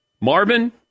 Marvin